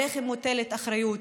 עליכם מוטלת אחריות,